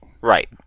Right